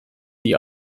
die